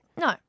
No